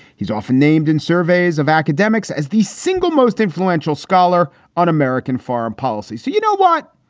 he's often named in surveys of academics as the single most influential scholar on american foreign policy. so you know what?